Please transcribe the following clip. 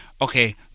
Okay